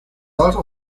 also